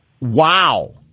Wow